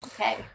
Okay